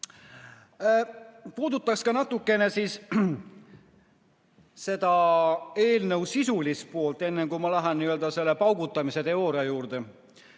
Puudutaks ka natukene eelnõu sisulist poolt, enne kui ma lähen n‑ö selle paugutamise teooria juurde.